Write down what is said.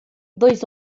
dois